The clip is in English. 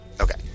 Okay